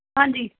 ਹਾਂਜੀ